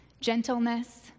gentleness